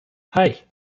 hey